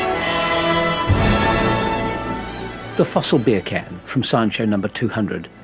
um the fossil beer can, from science show number two hundred.